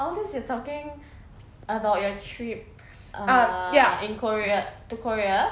all these you're talking about your trip ah in korea to korea